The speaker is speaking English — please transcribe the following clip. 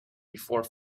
before